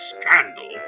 scandal